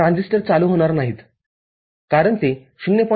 ७९→ ३४ तर Vout वजा VBE भागिले VBE भागिले RB ठीक आहे तर हे आपले स्वतःचे १